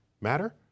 matter